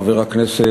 חבר הכנסת,